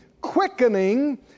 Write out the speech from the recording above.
quickening